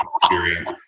experience